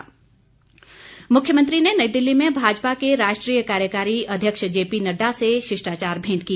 भेंट मुख्यमंत्री ने नई दिल्ली में भाजपा के राष्ट्रीय कार्यकारी अध्यक्ष जेपी नड्डा से शिष्टाचार भेंट की